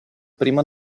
primo